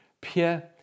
Pierre